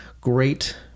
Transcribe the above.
great